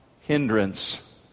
hindrance